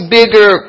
bigger